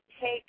take